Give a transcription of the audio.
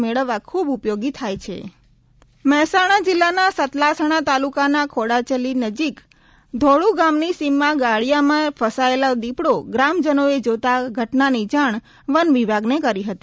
મહેસાણા જિલ્લાના સતલાસણા તાલુકાના ખોડાચલી નજીક ધોળુ ગામની સીમમાં ગાળીયામાં ફસાયેલો દીપડો ગ્રામજનોએ જોતાં ઘટનાની જાણ વન વિભાગને કરી હતી